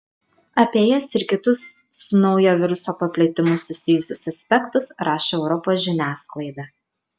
apie jas ir kitus su naujo viruso paplitimu susijusius aspektus rašo europos žiniasklaida